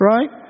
Right